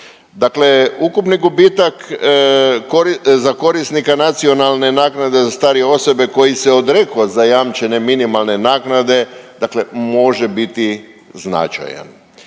Dakle ukupni gubitak za korisnika nacionalne naknade za starije osobe koji se odrekao zajamčene minimalne naknade, dakle može biti značajan.